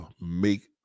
make